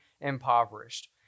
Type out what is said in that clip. impoverished